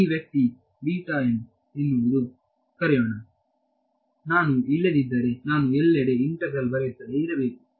ಈ ವ್ಯಕ್ತಿ ಎಂದು ಕರೆಯೋಣ ನಾನು ಇಲ್ಲದಿದ್ದರೆ ನಾನು ಎಲ್ಲೆಡೆ ಇಂತೆಗ್ರಲ್ ಬರೆಯುತ್ತಲೇ ಇರಬೇಕು